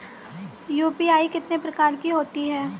UPI कितने प्रकार की होती हैं?